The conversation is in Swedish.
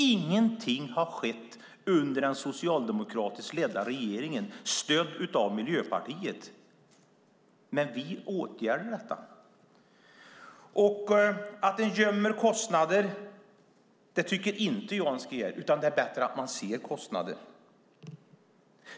Ingenting skedde under den socialdemokratiskt ledda regeringen som stöddes av Miljöpartiet. Men vi åtgärdade detta. Jag tycker inte att man ska gömma kostnader, utan det är bättre att man ser dem.